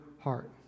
heart